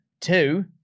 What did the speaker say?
two